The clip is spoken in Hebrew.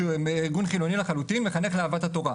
שהוא ארגון חילוני לחלוטין מחנך לאהבת התורה.